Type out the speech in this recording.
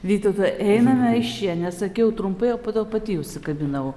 vytautai einame iš čia nes sakiau trumpai o po to pati užsikabinau